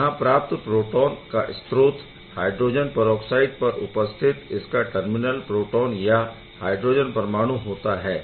यहाँ प्राप्त प्रोटोन का स्त्रोत हायड्रोजन परऑक्साइड पर उपस्थित इसका टर्मिनल प्रोटोन या हायड्रोजन परमाणु होता है